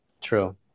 True